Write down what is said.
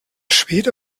schwede